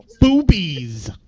Boobies